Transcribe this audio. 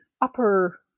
upper